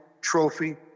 Trophy